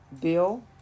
Bill